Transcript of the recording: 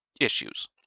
issues